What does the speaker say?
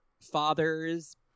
father's